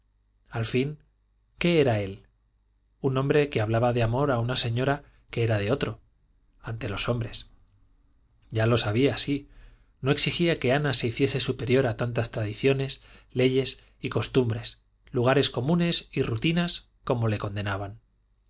al fin qué era él un hombre que hablaba de amor a una señora que era de otro ante los hombres ya lo sabía sí no exigía que ana se hiciese superior a tantas tradiciones leyes y costumbres lugares comunes y rutinas como le condenaban